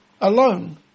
alone